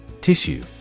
Tissue